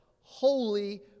holy